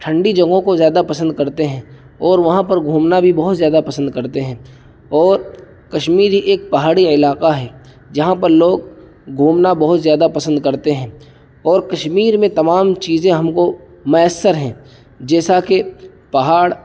ٹھنڈی جگہوں کو زیادہ پسند کرتے ہیں اور وہاں پر گھومنا بھی بہت زیادہ پسند کرتے ہیں اور کشمیر ہی ایک پہاڑی علاقہ ہے جہاں پر لوگ گھومنا بہت زیادہ پسند کرتے ہیں اور کشمیر میں تمام چیزیں ہم کو میسر ہیں جیسا کہ پہاڑ